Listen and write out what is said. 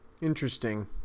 Interesting